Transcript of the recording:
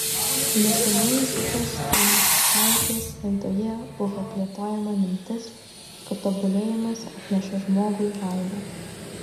neseniai zitos kelmickaitės laidoje buvo plėtojama mintis kad tobulėjimas atneša žmogui laimę